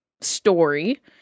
story